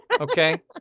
okay